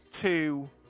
two